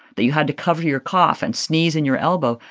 that you had to cover your cough and sneeze in your elbow,